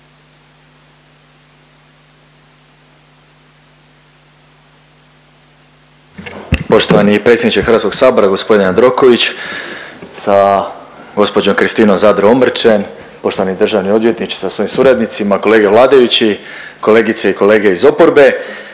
Poštovani predsjedniče HS g. Jandroković sa gđo. Kristina Zadro Omrčen, poštovani državni odvjetniče sa svojim suradnicima, kolege vladajući, kolegice i kolege iz oporbe.